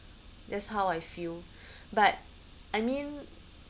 that's how I feel but I mean